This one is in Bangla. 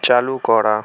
চালু করা